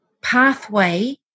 pathway